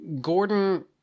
Gordon